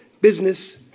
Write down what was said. business